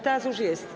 Teraz już jest.